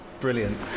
brilliant